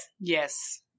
yes